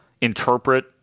interpret